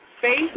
faith